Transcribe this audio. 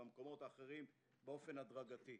ובמקומות האחרים באופן הדרגתי.